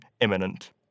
imminent